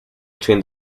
between